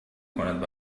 کند